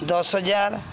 ଦଶ ହଜାର